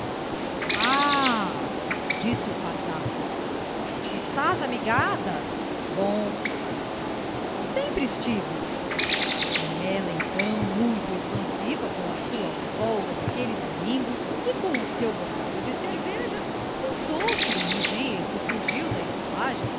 ah disse o pataca estás amigada bom sempre estive e ela então muito expansiva com a sua folga daquele domingo e com o seu bocado de cerveja contou que no dia em que fugiu da estalagem